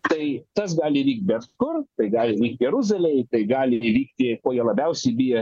tai tas gali įvykt bet kur tai gali įvykt jeruzalėj tai gali ir įvykti ko jie labiausiai bijo